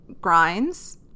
Grinds